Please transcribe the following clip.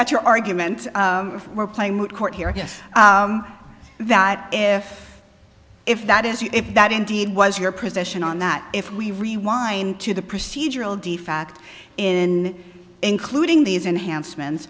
that's your argument we're playing moot court here yes that if if that is if that indeed was your position on that if we rewind to the procedural de fact in including these enhancement